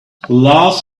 love